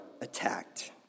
attacked